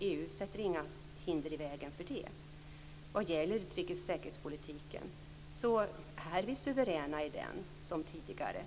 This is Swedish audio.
EU sätter inga hinder i vägen för det. Vi är suveräna i utrikes och säkerhetspolitiken - som tidigare.